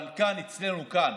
אבל אצלנו כאן,